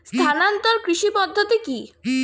স্থানান্তর কৃষি পদ্ধতি কি?